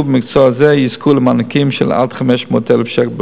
למקצוע זה יזכו למענקים של עד 500,000 שקל,